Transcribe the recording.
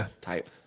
type